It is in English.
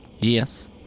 Yes